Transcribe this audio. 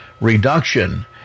reduction